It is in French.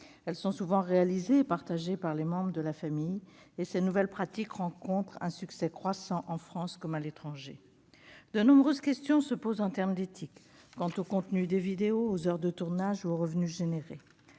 Elles sont souvent réalisées et diffusées par des membres de la famille. Ces nouvelles pratiques rencontrent un succès croissant en France comme à l'étranger. De nombreuses questions se posent en termes d'éthique quant au contenu des vidéos, aux heures de tournage ou aux revenus produits.